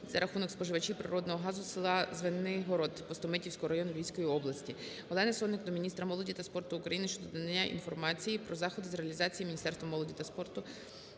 за рахунок споживачів природного газу села Звенигород Пустомитівського району Львівської області. Олени Сотник до міністра молоді та спорту України щодо надання інформації про заходи з реалізації Міністерством молоді та спорту